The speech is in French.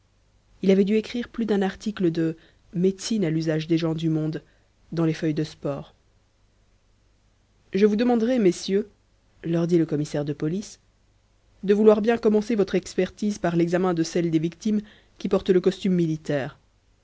il avait dû écrire plus d'un article de médecine à l'usage des gens du monde dans les feuilles de sport je vous demanderai messieurs leur dit le commissaire de police de vouloir bien commencer votre expertise par l'examen de celle des victimes qui porte le costume militaire